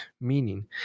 meaning